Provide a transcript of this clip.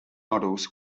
models